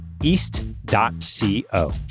East.co